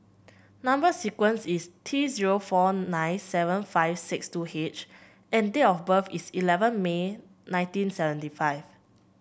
number sequence is T zero four nine seven five six two H and date of birth is eleven May nineteen seventy five